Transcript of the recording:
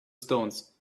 stones